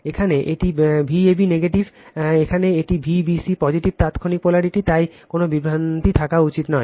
এখানে এটি Vab negative এখানে এটি Vbc পজিটিভ তাত্ক্ষণিক পোলারিটি তাই কোন বিভ্রান্তি থাকা উচিত নয়